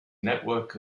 network